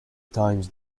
times